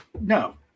No